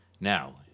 Now